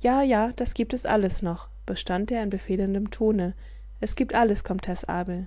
ja ja das giebt es alles noch bestand er in befehlendem tone es giebt alles komtesse abel